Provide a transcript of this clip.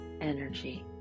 energy